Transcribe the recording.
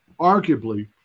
arguably